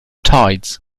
tides